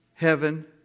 heaven